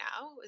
now